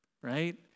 right